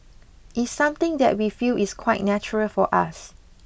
it's something that we feel is quite natural for us